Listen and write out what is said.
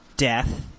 Death